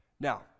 Now